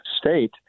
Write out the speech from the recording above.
state